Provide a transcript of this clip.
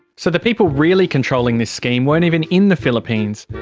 so the people really controlling this scheme weren't even in the philippines.